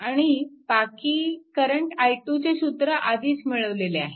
आणि बाकी current i2 चे सूत्र आधीच मिळवलेले आहे